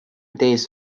days